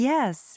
Yes